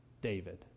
David